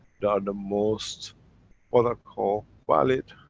they are the most what i call, valid